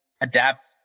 adapt